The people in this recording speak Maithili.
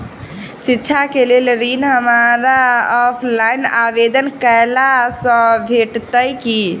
शिक्षा केँ लेल ऋण, हमरा ऑफलाइन आवेदन कैला सँ भेटतय की?